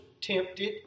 tempted